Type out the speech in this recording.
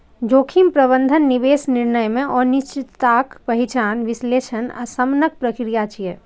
जोखिम प्रबंधन निवेश निर्णय मे अनिश्चितताक पहिचान, विश्लेषण आ शमनक प्रक्रिया छियै